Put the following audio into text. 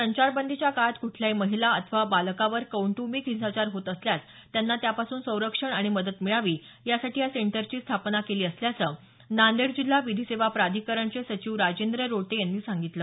संचारबंदीच्या काळात कुठल्याही महिला अथवा बालकावर कौटंबिक हिंसाचार होत असल्यास त्यांना त्यापासून संरक्षण आणि मदत मिळावी यासाठी या सेंटरची स्थापना केली असल्याचं नांदेड जिल्हा विधी सेवा प्राधिकरणचे सचिव राजेंद्र रोटे यांनी सांगितलं